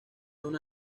una